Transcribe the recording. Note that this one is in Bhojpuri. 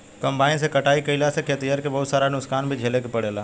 कंबाइन से कटाई कईला से खेतिहर के बहुत सारा नुकसान भी झेले के पड़ेला